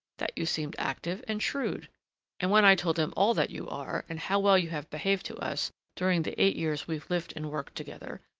that you seemed active and shrewd and when i told him all that you are and how well you have behaved to us during the eight years we've lived and worked together,